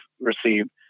received